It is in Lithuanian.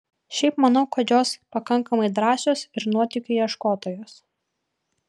šiaip manau kad jos pakankamai drąsios ir nuotykių ieškotojos